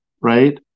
right